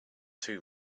too